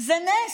זה נס.